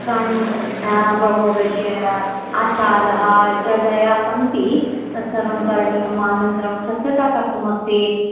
वस्त्राणि बहु बरड्शी आच्छादः इत्यादयः सन्ति तत्सर्वं करणीयम् अनन्तरं स्वच्छता कर्तुम् अस्ति